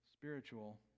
spiritual